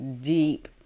deep